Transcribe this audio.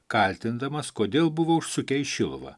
kaltindamas kodėl buvo užsukę į šiluvą